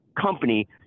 company